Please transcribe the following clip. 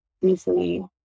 easily